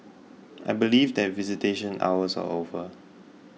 I believe that visitation hours are over